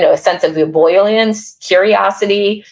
ah a sense of ebullience, curiosity,